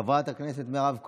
חברת הכנסת מירב כהן,